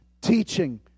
teaching